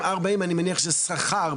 גם בזה שתהיה לי עבודה,